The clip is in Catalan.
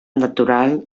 natural